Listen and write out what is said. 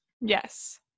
Yes